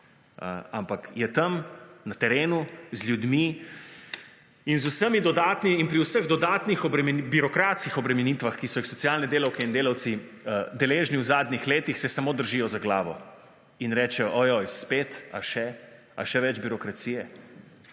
ampak je tam na terenu z ljudmi. In pri vseh dodatnih birokratskih obremenitvah, ki so jih socialne delavke in delavci deležni v zadnjih letih, se samo držijo za glavo in rečejo »Ojoj, spet. A še več birokracije?«